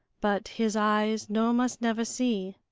but his eyes no must never see.